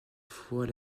fois